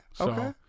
okay